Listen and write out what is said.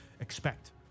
expect